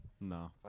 No